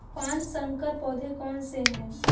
पाँच संकर पौधे कौन से हैं?